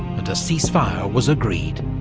and a ceasefire was agreed.